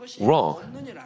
wrong